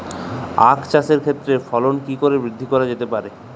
আক চাষের ক্ষেত্রে ফলন কি করে বৃদ্ধি করা যেতে পারে?